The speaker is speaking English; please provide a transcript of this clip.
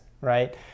right